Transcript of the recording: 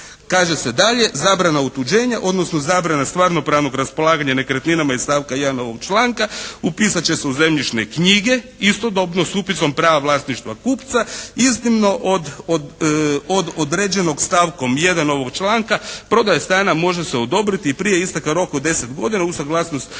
Kaže se dalje: “Zabrana otuđenja, odnosno zabrana stvarno-pravnog raspolaganja nekretninama iz stavka 1. ovog članka upisat će se u zemljišne knjige istodobno s upisom prava vlasništva kupca iznimno od određenog stavkom 1. ovog članka prodaja stana može se odobriti i prije isteka roka od 10 godina uz suglasnost